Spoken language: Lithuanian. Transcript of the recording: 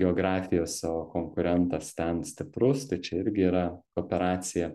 geografijose o konkurentas ten stiprus tai čia irgi yra kooperacija